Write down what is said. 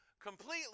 completely